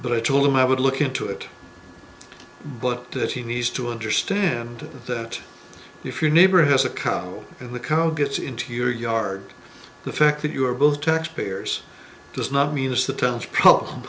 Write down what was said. but i told him i would look into it but that he needs to understand that if your neighbor has a cow and the co gets into your yard the fact that you are both taxpayers does not mean it's the town's pub